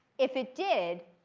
if it did,